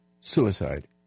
suicide